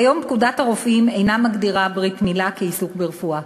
כיום פקודת הרופאים אינה מגדירה ברית מילה כעיסוק רפואי.